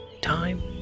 Time